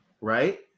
right